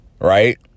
right